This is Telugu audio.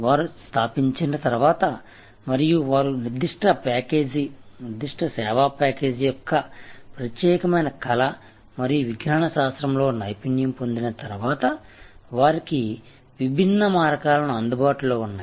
వారు స్థాపించిన తర్వాత మరియు వారు నిర్దిష్ట సేవా ప్యాకేజీ యొక్క ప్రత్యేకమైన కళ మరియు విజ్ఞాన శాస్త్రంలో నైపుణ్యం పొందిన తర్వాత వారికి విభిన్న మార్గాలు అందుబాటులో ఉన్నాయి